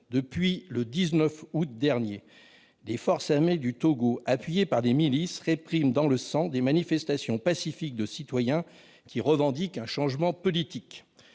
Depuis le 19 août dernier, les forces armées du Togo, appuyées par des milices, répriment dans le sang des manifestations pacifiques de citoyens qui revendiquent un changement politique.